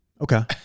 Okay